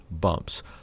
bumps